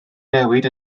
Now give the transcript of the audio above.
newid